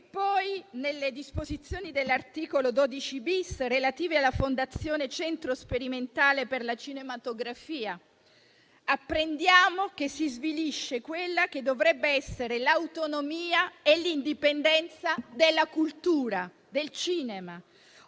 Poi, nelle disposizioni di cui all'articolo 12-*bis*, relative alla fondazione Centro sperimentale per la cinematografia, apprendiamo che si svilisce quella che dovrebbe essere l'autonomia e l'indipendenza della cultura e del cinema.